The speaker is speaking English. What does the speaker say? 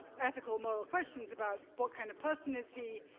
ethical-moral questions about what kind of person is he.